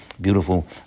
beautiful